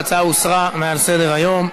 ההצעה הוסרה מעל סדר-היום.